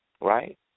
Right